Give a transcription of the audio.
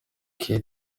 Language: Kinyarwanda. kate